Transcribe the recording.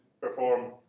perform